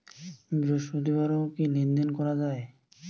বৃহস্পতিবারেও কি লেনদেন করা যায়?